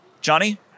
Johnny